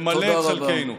למלא את חלקנו.